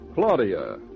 Claudia